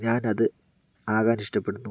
ഞാൻ അത് ആകാൻ ഇഷ്ടപ്പെടുന്നു